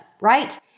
right